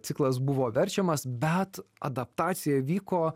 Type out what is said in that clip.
ciklas buvo verčiamas bet adaptacija vyko